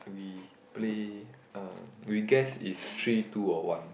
we play uh we guess is three two or one